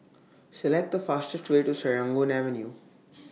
Select The fastest Way to Serangoon Avenue